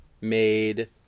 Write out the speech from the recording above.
made